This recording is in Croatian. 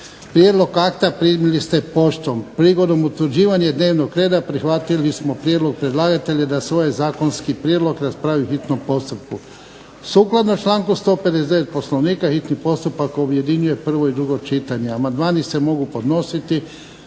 prijedlog akta primili ste poštom, prigodom utvrđivanja Dnevnog reda prihvatili smo prijedlog predlagatelja da se ovaj Zakonski prijedlog raspravi u hitnom postupku. Sukladno članku 159. Poslovnika hitni postupak objedinjuje prvo i drugo čitanje.